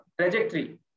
trajectory